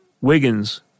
Wiggins